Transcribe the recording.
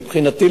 מבחינתי,